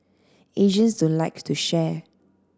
Asians don't like to share